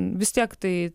vis tiek tai